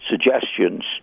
suggestions